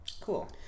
Cool